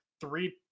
three